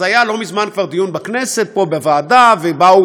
אז היה לא מזמן כבר דיון בכנסת, פה בוועדה, ובאו